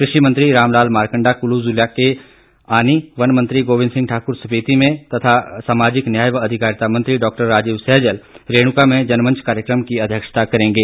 कृषि मंत्री रामलाल मारकंडा कुल्लू जिला के आनी वन मंत्री गोविंद सिंह ठाकुर स्पीति में तथा सामाजिक न्याय एवं अधिकारिता मंत्री डॉ राजीव सैजल रेणुका में जनमंच कार्यक्रम की अध्यक्षता करेंगे